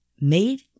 made